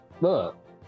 look